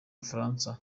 bufaransa